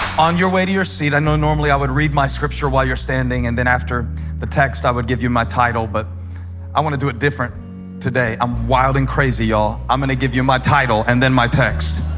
on your way to your seat, i know normally i would read my scripture while you're standing and then after the text i would give you my title but i want to do it different today. i'm wilding crazy y'all. i'm gonna give you my title and then my text.